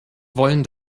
wollen